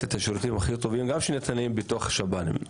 את השירותים הכי טובים גם שניתנים בתוך שב"נים.